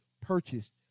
purchased